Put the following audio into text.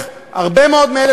הרבה מאוד ממורי הדרך,